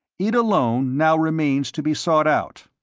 it alone now remains to be sought out.